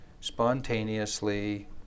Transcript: spontaneously